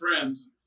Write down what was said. friends